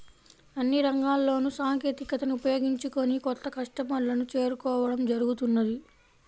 అన్ని రంగాల్లోనూ సాంకేతికతను ఉపయోగించుకొని కొత్త కస్టమర్లను చేరుకోవడం జరుగుతున్నది